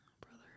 brother